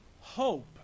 hope